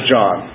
John